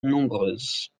nombreuses